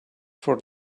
for